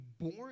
born